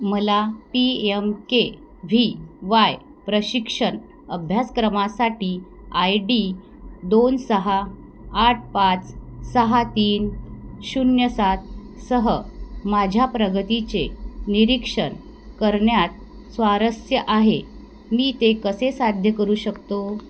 मला P M K V Y प्रशिक्षण अभ्यासक्रमासाठी आय डी दोन सहा आठ पाच सहा तीन शून्य सात सह माझ्या प्रगतीचे निरीक्षण करण्यात स्वारस्य आहे मी ते कसे साध्य करू शकतो